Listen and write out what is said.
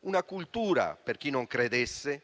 una cultura, per chi non credesse,